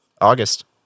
August